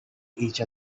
each